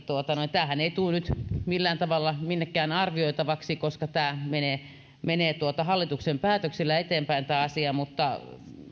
tämähän ei tule nyt millään tavalla minnekään arvioitavaksi koska asia menee hallituksen päätöksillä eteenpäin mutta